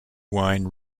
wine